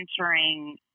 entering